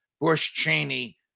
Bush-Cheney